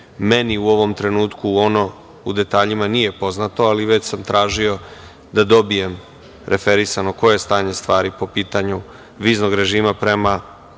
u ovom trenutku ono u detaljima nije poznato, ali već sam tražio da dobijem referisano koje je stanje stvari po pitanju viznog režima prema